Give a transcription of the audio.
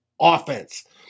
offense